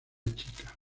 chica